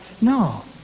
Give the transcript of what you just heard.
No